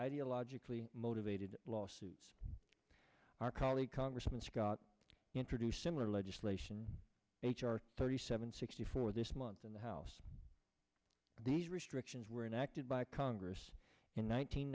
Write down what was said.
ideologically motivated lawsuits our colleague congressman scott introduced similar legislation h r thirty seven sixty four this month in the house these restrictions were enacted by congress in